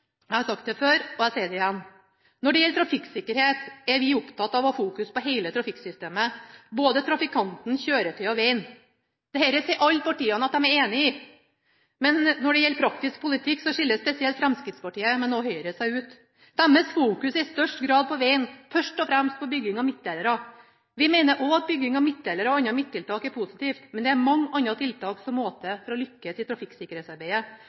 Jeg har sagt det før, og jeg sier det igjen: Når det gjelder trafikksikkerhet, er vi opptatt av å fokusere på hele trafikksystemet, både trafikanten, kjøretøyet og vegen. Dette sier alle partiene at de er enige i, men når det gjelder praktisk politikk, skiller spesielt Fremskrittspartiet, men også Høyre, seg ut. Deres fokus er i størst grad på vegen, først og fremst på bygging av midtdelere. Vi mener også at bygging av midtdelere og andre midttiltak er positivt, men det er mange andre tiltak som må til for å lykkes i trafikksikkerhetsarbeidet.